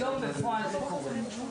היום בפועל זה קורה.